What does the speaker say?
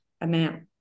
amount